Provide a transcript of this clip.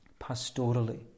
pastorally